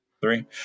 three